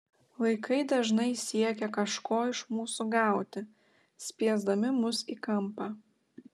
vaikai dažnai siekia kažko iš mūsų gauti spiesdami mus į kampą